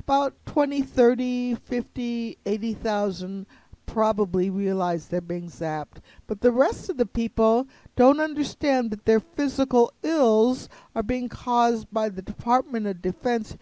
about twenty thirty fifty eighty thousand probably realize they're being zapped but the rest of the people don't understand that their physical skills are being caused by the department of defen